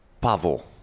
Pavel